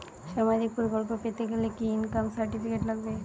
সামাজীক প্রকল্প পেতে গেলে কি ইনকাম সার্টিফিকেট লাগবে?